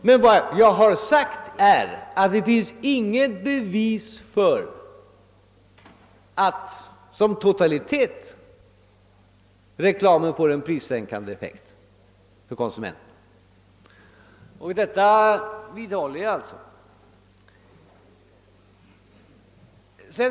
Men vad jag har sagt är att det inte finns något bevis för att reklamen totalt sett får en prissänkande effekt för konsumenterna — och detta vidhåller jag.